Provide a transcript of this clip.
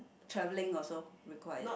traveling also required